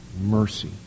mercy